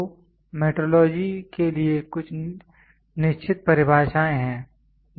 तो मेट्रोलॉजी के लिए कुछ निश्चित परिभाषाएँ हैं